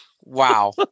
Wow